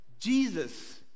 Jesus